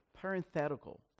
parenthetical